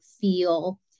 feel